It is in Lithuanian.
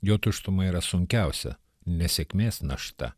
jo tuštuma yra sunkiausia nesėkmės našta